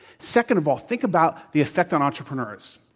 second of all, think about the effect on entrepreneurs.